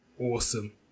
awesome